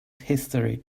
history